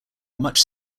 much